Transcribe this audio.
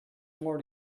more